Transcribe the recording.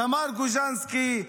תמר גוז'נסקי,